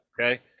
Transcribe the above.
okay